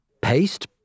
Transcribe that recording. paste